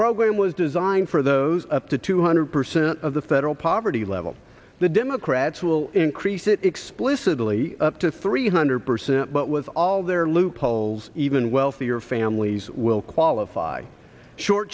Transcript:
program was designed for those up to two hundred percent of the federal poverty level the democrats will increase it explicitly up to three hundred percent but with all their loopholes even wealthier families will qualify short